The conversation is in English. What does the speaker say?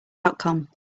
outcome